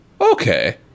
Okay